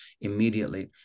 immediately